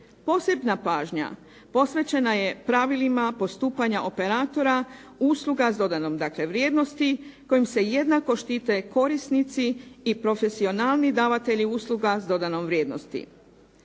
Posebna pažnja posvećena je pravilima postupanja operatora, usluga s dodanom dakle vrijednosti kojom se jednako štite korisnici i profesionalni davatelji usluga s dodanom vrijednosti.